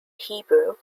hebrew